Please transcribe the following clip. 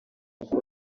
uko